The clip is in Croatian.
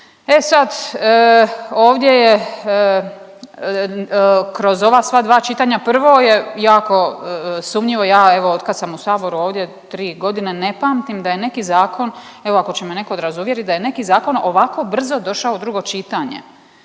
E sad ovdje je kroz ova sva dva čitanja prvo je jako sumnjivo, ja evo od kad sam u Saboru ovdje tri godine ne pamtim da je neki zakon, evo ako će me neko razuvjerit ovako brzo došao u drugo čitanje.